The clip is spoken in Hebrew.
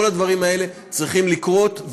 כל הדברים האלה צריכים לקרות,